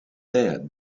there